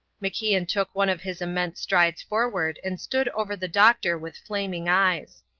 macian took one of his immense strides forward and stood over the doctor with flaming eyes.